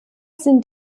sind